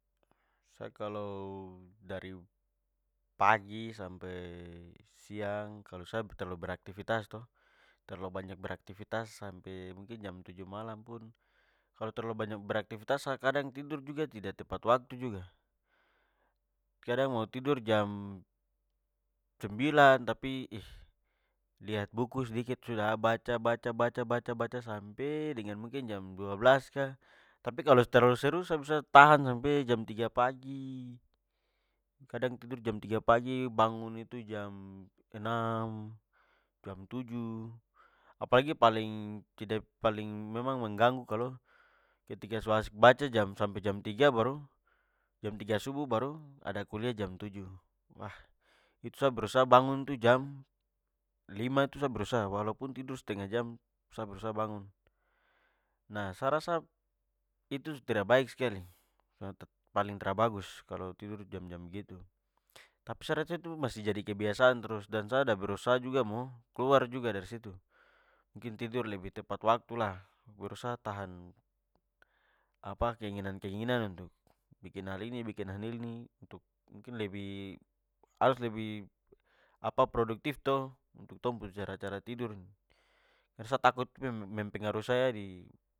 Sa kalau dari pagi sampai siang, kalau sa terlalu beraktivitas to terlalu banyak beraktivitas sampe mungkin jam tujuh malam pun, kalo terlalu banyak beraktivitas, sa kadang tidur juga tidak tepat waktu juga. Kadang mo tidur jam sembilan tapi lihat buku sedikit sudah sa baca, baca, baca, baca, baca sampe mungkin jam dua belas ka. Tapi kalo terlalu seru, sa tahan sampe jam tiga pagi. Kadang tidur jam tiga pagi, bangun tu jam enam, jam tujuh. Apalagi paling paling memang mengganggu kalo ketika su asik baca sampe jam tiga baru jam tiga subuh- baru ada kuliah jam tujuh. itu sa berusaha bangun jam lima itu sa berusaha, walaupun tidur stengah jam sa berusaha bangun. Nah, sa rasa itu su tidak baik skali. Paling tra bagus kalo tidur jam-jam begitu. Tapi, sa rasa itu masih jadi kebiasaan trus, sa ada berusaha juga mo keluar juga dari situ, mungkin tidur lebih tepat waktu lah. Berusaha tahan apa keinginan-keinginan untuk bikin hal ini, bikin hal ini mungkin lebih, harus lebih apa produktif to untuk tong pu cara-cara tidur nih sa takut mempengaruhi saya di